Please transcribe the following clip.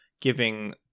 giving